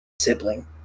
sibling